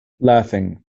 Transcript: laughing